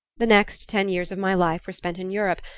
the next ten years of my life were spent in europe,